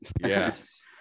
yes